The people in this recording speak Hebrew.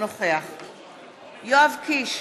יואב קיש,